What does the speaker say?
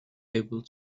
able